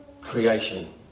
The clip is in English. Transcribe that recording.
creation